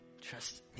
Trust